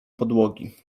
podłogi